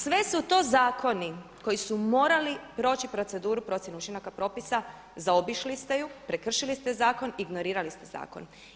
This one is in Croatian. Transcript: Sve su to zakoni koji su morali proći proceduru procjene učinaka propisa, zaobišli ste ju, prekršili ste zakon, ignorirali ste zakon.